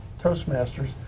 Toastmasters